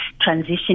transition